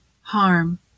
harm